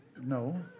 No